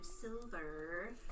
silver